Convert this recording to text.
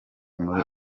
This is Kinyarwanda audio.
muri